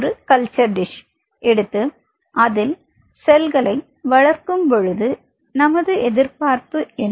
ஒரு culture dish எடுத்து அதில் செல்களை வளர்க்கும் பொழுது நமது எதிர்பார்ப்பு என்ன